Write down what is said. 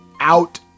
out